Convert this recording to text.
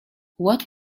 what